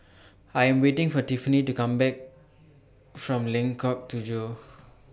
I Am waiting For Whitney to Come Back from Lengkok Tujoh